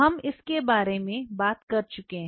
हम इस के बारे में बात कर चुके हैं